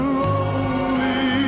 lonely